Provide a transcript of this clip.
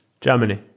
Germany